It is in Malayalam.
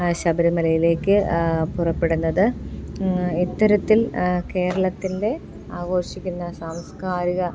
ശബരിമലയിലേക്ക് പുറപ്പെടുന്നത് ഇത്തരത്തിൽ കേരളത്തിൻ്റെ ആഘോഷിക്കുന്ന സാംസ്കാരിക